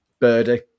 Birdie